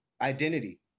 identity